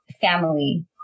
family